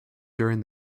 during